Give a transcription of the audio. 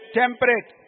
temperate